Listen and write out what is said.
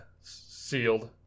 sealed